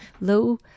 low